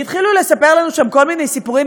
והתחילו לספר לנו שם כל מיני סיפורים,